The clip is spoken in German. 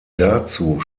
dazu